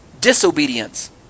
disobedience